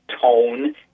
tone